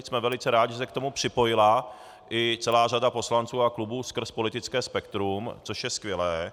Jsme velice rádi, že se k tomu připojila i celá řada poslanců a klubů skrz politické spektrum, což je skvělé.